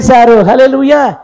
Hallelujah